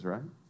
Right